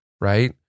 right